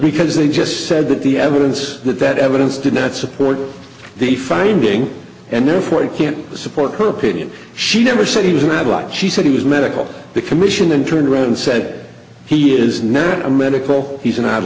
because they just said that the evidence that that evidence did not support the finding and therefore it can't support her opinion she never said he was mad like she said he was medical the commission then turned around and said he is now a medical he's